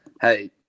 hey